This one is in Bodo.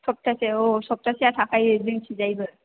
सप्तासे अ सप्तासेया थाखायो जोंनिथिंजायबो